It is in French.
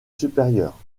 supérieure